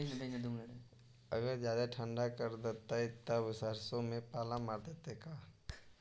अगर जादे ठंडा कर देतै तब सरसों में पाला मार देतै का?